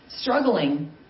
struggling